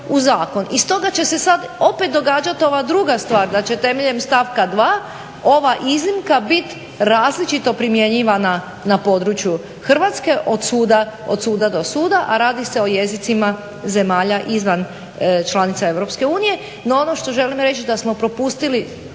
i stoga će se sad opet događat ova druga stvar, da će temeljem stavka 2. ova iznimka biti različito primjenjivana na području Hrvatske, od suda do suda, a radi se o jezicima zemalja izvan članica Europske unije. No ono što želim reći, da smo propustili